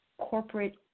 corporate